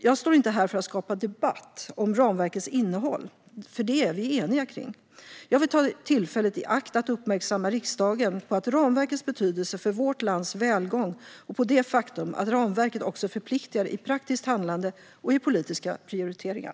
Jag står inte här för att skapa debatt om ramverkets innehåll. Det är vi nämligen eniga om. Jag vill ta tillfället i akt att uppmärksamma riksdagen på ramverkets betydelse för vårt lands välgång och på det faktum att ramverket också förpliktar i praktiskt handlande och i politiska prioriteringar.